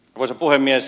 arvoisa puhemies